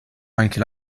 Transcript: anche